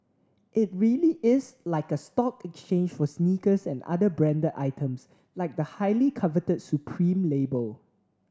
it really is like a stock exchange for sneakers and other branded items like the highly coveted Supreme label